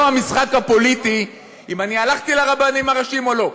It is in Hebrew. לא המשחק הפוליטי אם אני הלכתי לרבנים הראשיים או לא.